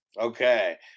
Okay